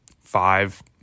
five